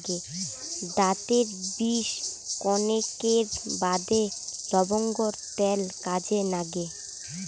দাতের বিষ কণেকের বাদে লবঙ্গর ত্যাল কাজে নাগে